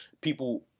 people